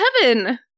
Heaven